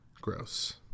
Gross